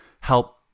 help